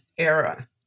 Era